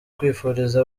kwifuriza